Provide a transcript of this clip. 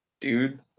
dude